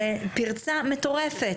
זה פרצה מטורפת,